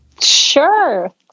Sure